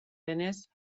denez